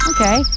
Okay